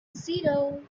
zero